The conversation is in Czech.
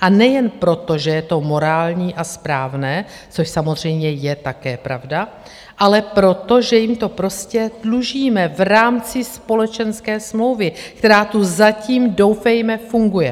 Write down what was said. a nejen proto, že je to morální a správné, což samozřejmě je také pravda, ale proto, že jim to prostě dlužíme v rámci společenské smlouvy, která tu zatím doufejme funguje.